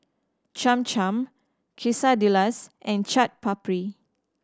Cham Cham Quesadillas and Chaat Papri